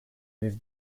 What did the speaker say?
remove